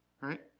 right